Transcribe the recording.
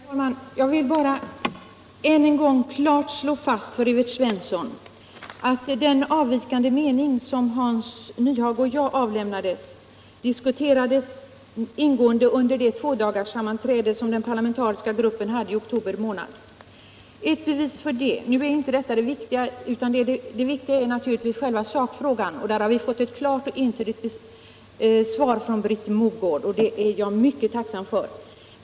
Herr talman! Jag vill bara än en gång klart slå fast för Evert Svensson att den avvikande mening som Hans Nyhage och jag har avgivit ingående 79 diskuterades under det tvådagarssammanträde som den parlamentariska gruppen hade i oktober månad. Det viktiga är naturligtvis själva sakfrågan, och där har vi fått ett klart och entydigt svar från Britt Mogård. Det är jag mycket tacksam för.